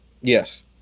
Yes